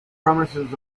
promises